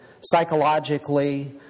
Psychologically